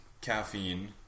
caffeine